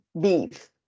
beef